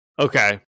okay